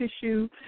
tissue